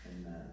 Amen